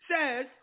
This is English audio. says